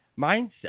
mindset